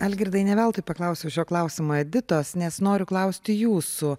algirdai ne veltui paklausiau šio klausimo editos nes noriu klausti jūsų